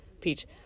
peach